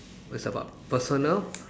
it's about personal